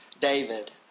David